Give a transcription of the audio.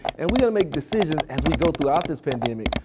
and we're going to make decisions as we go throughout this pandemic,